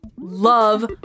Love